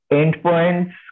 endpoints